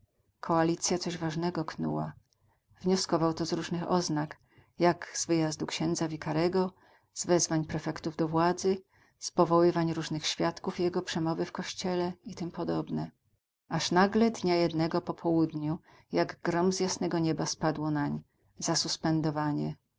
koalicja coś ważnego knuła wnioskował to z różnych oznak jak z wyjazdu księdza wikarego z wezwań prefektów do władzy z powoływań różnych świadków jego przemowy w kościele itp aż nagle dnia jednego po południu jak grom z jasnego nieba spadło nań zasuspendowanie